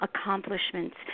accomplishments